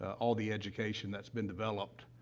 all the education that's been developed,